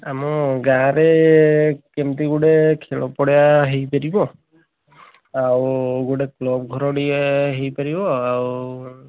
ଆମ ଗାଁରେ କେମିତି ଗୋଟିଏ ଖେଳ ପଡ଼ିଆ ହୋଇପାରିବ ଆଉ ଗୋଟିଏ କ୍ଲବ୍ ଘର ନିଆ ହୋଇପାରିବ ଆଉ